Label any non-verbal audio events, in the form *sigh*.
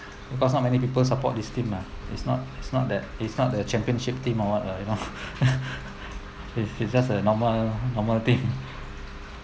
because not many people support this team ah it's not it's not that it's not the championship team or what ah you know *laughs* it it's just a normal normal team *laughs*